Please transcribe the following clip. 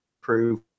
prove